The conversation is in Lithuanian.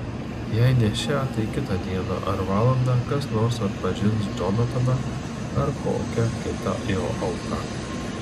jei ne šią tai kitą dieną ar valandą kas nors atpažins džonataną ar kokią kitą jo auką